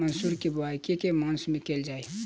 मसूर केँ बोवाई केँ के मास मे कैल जाए?